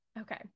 Okay